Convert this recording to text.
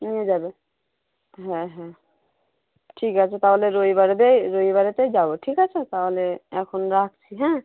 নিয়ে যাবে হ্যাঁ হ্যাঁ ঠিক আছে তাহলে রবিবারেতে রবিবারেতে যাব ঠিক আছে তাহলে এখন রাখছি হ্যাঁ